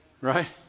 Right